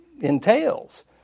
entails